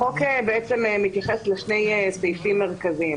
החוק מתייחס לשני סעיפים מרכזיים.